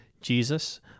Jesus